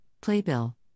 Playbill